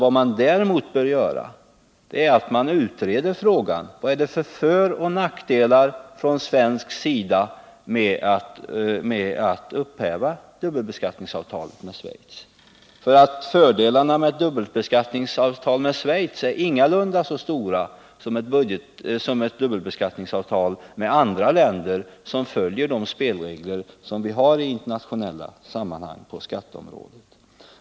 Vad man däremot bör göra är att utreda frågan: Vad är det för föroch nackdelar med att från svensk sida upphäva dubbelbeskattningsavtalet med Schweiz? Fördelarna med ett dubbelbeskattningsavtal med Schweiz är ingalunda så stora som dubbelbeskattningsavtal med andra länder, vilka följer de spelregler som vi har i internationella sammanhang på skatteområdet.